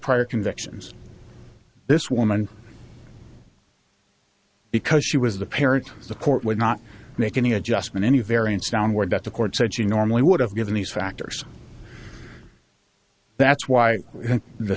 prior convictions this woman because she was the parent the court would not make any adjustment any variance downward that the court said she normally would have given these factors that's why the